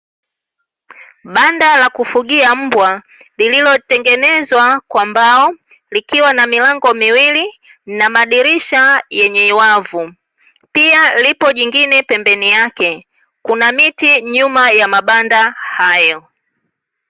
Banda la kufugia mbwa lililotengenezwa kwa mbao, likiwa na milango miwili na madirisha yenye wavu, pia lipo jingine pembeni yake; kuna miti nyuma ya mabanda hayo.